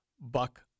Buck